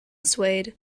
swayed